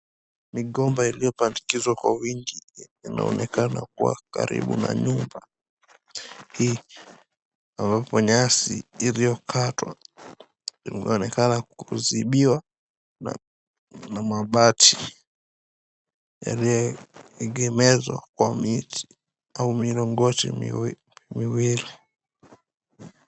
Migomba iliyo palikizwa kwa wingi. Inaonekana kuwa karibu na nyumba hii ambapo nyasi iliyokatwa, inaonekana kuzibiwa na mabati yaliyoegemezwa kwa miti au minongoto miwili.